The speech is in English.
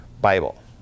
Bible